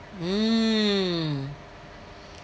mm